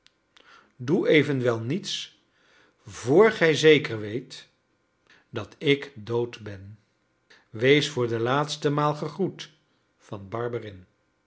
doe evenwel niets vr gij zeker weet dat ik dood ben wees voor de laatste maal gegroet van